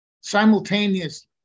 simultaneously